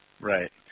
right